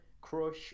Crush